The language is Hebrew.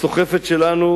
הסוחפת שלנו,